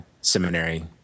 seminary